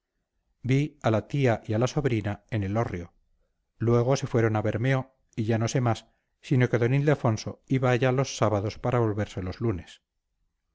a la tía y sobrina en elorrio luego se fueron a bermeo y ya no sé más sino que d ildefonso iba allá los sábados para volverse los lunes